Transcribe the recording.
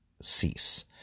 cease